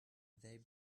they